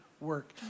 work